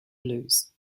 blues